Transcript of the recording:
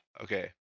Okay